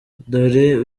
dore